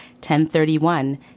1031